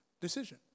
decision